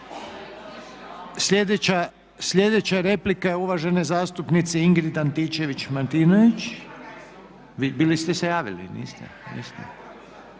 Sljedeća replika je uvažene zastupnice Ingrid Antičević-Martinović. Bili ste se javili, niste?